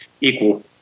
equal